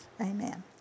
Amen